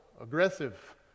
aggressive